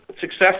Success